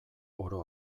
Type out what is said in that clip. oro